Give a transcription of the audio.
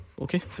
okay